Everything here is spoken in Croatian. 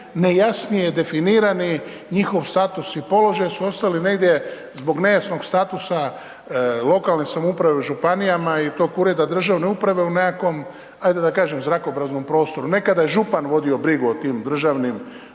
najnejasnije definirani njihov status i položaj su ostali negdje zbog nejasnog statusa lokalne samouprave u županijama i tog ureda državne uprave u nekakvom ajde da kažem zrakopraznom prostoru. Nekada je župan vodio brigu o tim državnim